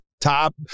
top